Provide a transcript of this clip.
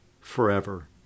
forever